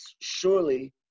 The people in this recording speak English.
surely